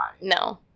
no